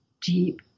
deep